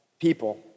people